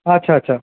আচ্ছা আচ্ছা